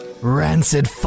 rancid